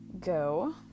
go